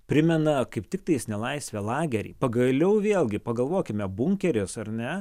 primena kaip tiktais nelaisvę lagery pagaliau vėlgi pagalvokime bunkeris ar ne